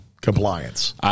compliance